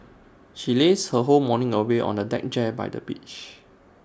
she lazed her whole morning away on A deck chair by the beach